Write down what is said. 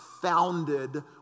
founded